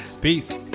Peace